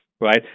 right